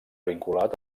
vinculat